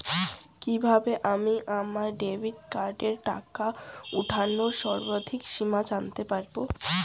কিভাবে আমি আমার ডেবিট কার্ডের টাকা ওঠানোর সর্বাধিক সীমা জানতে পারব?